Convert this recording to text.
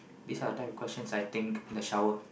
this are the types of questions I think in the shower